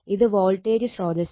ഇത് വോൾട്ടേജ് സ്രോതസ്സാണ്